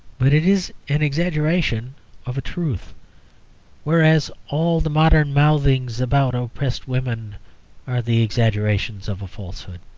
but it is an exaggeration of a truth whereas all the modern mouthings about oppressed women are the exaggerations of a falsehood.